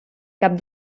cap